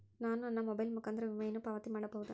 ನಾನು ನನ್ನ ಮೊಬೈಲ್ ಮುಖಾಂತರ ವಿಮೆಯನ್ನು ಪಾವತಿ ಮಾಡಬಹುದಾ?